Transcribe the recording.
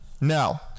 Now